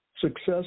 success